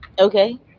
Okay